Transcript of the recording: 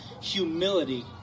humility